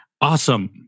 awesome